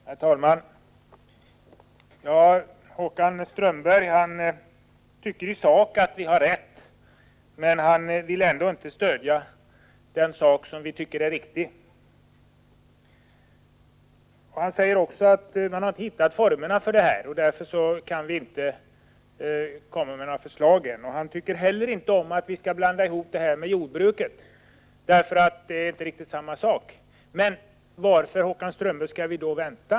Herr talman! Håkan Strömberg tycker att vi har rätt i sak, men han vill trots detta inte stödja vad som är riktigt. Han säger att man inte har hittat formerna och att det därför än så länge är omöjligt att komma med några förslag. Inte heller tycker han om att den här saken skall blandas ihop med jordbruket, eftersom det inte är riktigt samma sak. Men varför, Håkan Strömberg, skall vi då vänta?